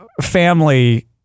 family